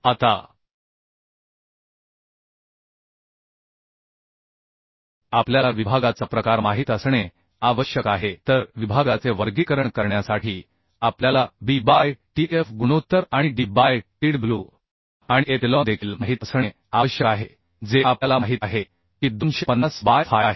आता आपल्याला विभागाचा प्रकार माहित असणे आवश्यक आहे तर विभागाचे वर्गीकरण करण्यासाठी आपल्याला B बाय Tf गुणोत्तर आणि D बाय Tw आणि एप्सिलॉन देखील माहित असणे आवश्यक आहे जे आपल्याला माहित आहे की 250 बाय fy आहे